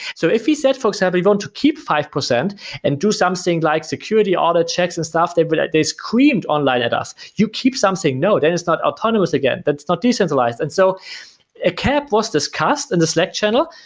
so if he said for example, we want to keep five percent and do something like security audit, checks and stuff, they but screamed online at us. you keep something. no, that is not autonomous again. that's not decentralized and so a cap was this cost in the slack channel,